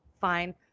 fine